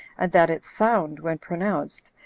and that its sound, when pronounced,